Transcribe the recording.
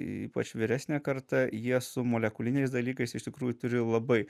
ypač vyresnė karta jie su molekuliniais dalykais iš tikrųjų turi labai